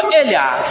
earlier